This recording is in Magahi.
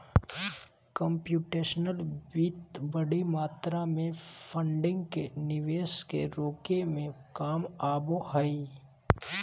कम्प्यूटेशनल वित्त बडी मात्रा में फंडिंग के निवेश के रोके में काम आबो हइ